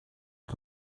who